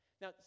now